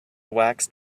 waxed